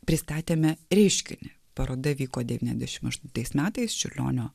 pristatėme reiškinį paroda vyko devyniasdešim aštuntais metais čiurlionio